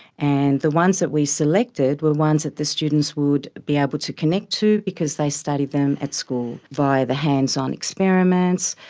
and the ones that we selected were ones that the students would be able to connect to because they studied them at school via the hands-on experiments.